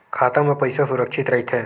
खाता मा पईसा सुरक्षित राइथे?